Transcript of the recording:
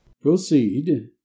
Proceed